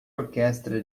orquestra